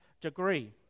degree